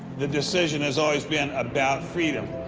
the decision has always been about freedom.